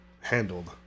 handled